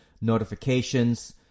notifications